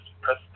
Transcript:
press